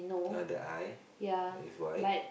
ah the eye is white